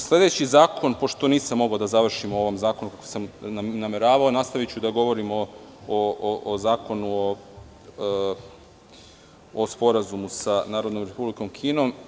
Sledeći zakon, pošto nisam mogao da završim o ovom zakonu ono što sam nameravao, nastaviću da govorim o zakonu o Sporazumu sa Narodnom Republikom Kinom.